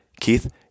Keith